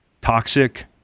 toxic